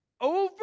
Over